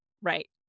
Right